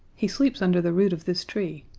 he sleeps under the root of this tree.